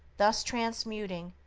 thus transmuting,